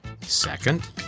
Second